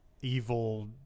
evil